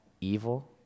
evil